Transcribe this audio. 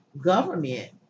government